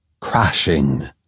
crashing